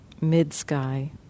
mid-sky